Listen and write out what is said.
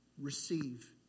receive